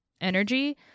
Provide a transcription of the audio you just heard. energy